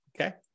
Okay